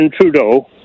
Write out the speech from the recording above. Trudeau